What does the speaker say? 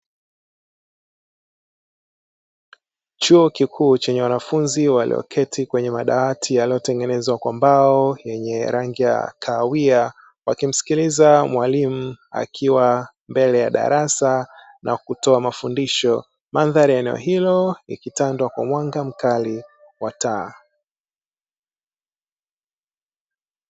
Chuo kikuu chenye wanafunzi walioketi kwenye madawati yaliyotengenezwa kwa mbao, yenye rangi ya kahawia. Wakimsikiliza mwalimu akiwa mbele ya darasa na kutoa mafundisho. Mandhari ya eneo hilo likitandwa kwa mwanga mkali wa taa.